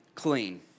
clean